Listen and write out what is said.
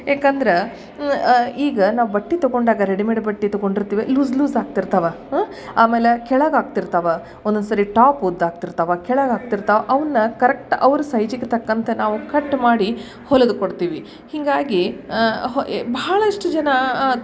ಏಕಂದ್ರೆ ಈಗ ನಾವು ಬಟ್ಟೆ ತೊಗೊಂಡಾಗ ರೆಡಿಮೇಡ್ ಬಟ್ಟೆ ತೊಗೊಂಡಿರ್ತೀವಿ ಲೂಸ್ ಲೂಸ್ ಆಗ್ತಿರ್ತವೆ ಆಮೇಲೆ ಕೆಳಗೆ ಆಗ್ತಿರ್ತವೆ ಒಂದೊಂದು ಸಾರಿ ಟಾಪ್ ಉದ್ದ ಆಗ್ತಿರ್ತವೆ ಕೆಳಗೆ ಆಗ್ತಿರ್ತವೆ ಅವನ್ನ ಕರೆಕ್ಟ್ ಅವ್ರ ಸೈಜಿಗೆ ತಕ್ಕಂತೆ ನಾವು ಕಟ್ ಮಾಡಿ ಹೊಲದು ಕೊಡ್ತೀವಿ ಹೀಗಾಗಿ ಹ ಏ ಭಾಳಷ್ಟು ಜನ ಅದು